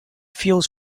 fields